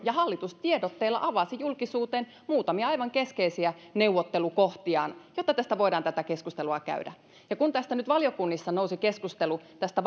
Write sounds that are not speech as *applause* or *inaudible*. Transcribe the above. ja hallitus tiedotteella avasi julkisuuteen muutamia aivan keskeisiä neuvottelukohtiaan jotta tästä voidaan tätä keskustelua käydä ja kun tästä nyt valiokunnissa nousi keskustelu tästä *unintelligible*